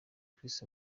christ